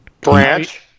Branch